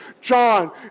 John